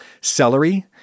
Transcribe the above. celery